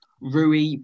Rui